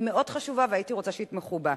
היא מאוד חשובה, והייתי רוצה שייתמכו בה.